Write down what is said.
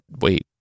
wait